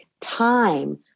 time